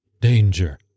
Danger